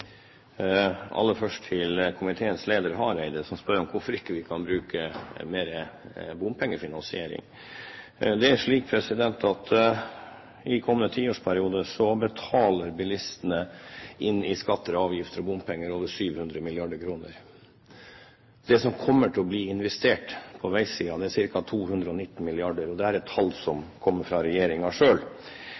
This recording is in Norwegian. Aller først til komiteens leder, Hareide, som spør om hvorfor vi ikke kan bruke mer bompengefinansiering. Det er slik at i kommende tiårsperiode betaler bilistene inn i skatter og avgifter og bompenger over 700 mrd. kr. Det som kommer til å bli investert på veisiden, er ca. 219 mrd. kr. Det er et tall som kommer fra